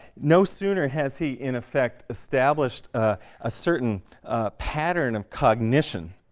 no sooner has he, in effect, established a certain pattern of cognition